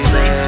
Say